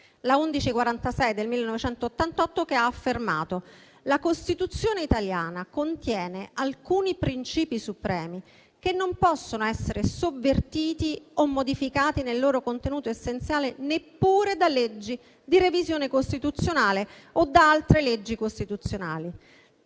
italiana ha affermato che «la Costituzione italiana contiene alcuni principi supremi che non possono essere sovvertiti o modificati nel loro contenuto essenziale neppure da leggi di revisione costituzionale o da altre leggi costituzionali.